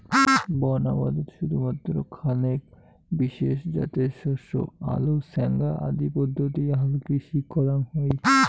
বন আবদত শুধুমাত্র খানেক বিশেষ জাতের শস্য আলো ছ্যাঙা আদি পদ্ধতি হালকৃষি করাং হই